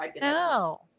No